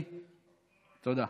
כן, כן,